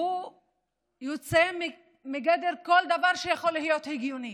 הוא יוצא מגדר כל דבר שיכול להיות הגיוני.